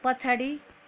पछाडि